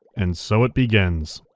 and so it begins,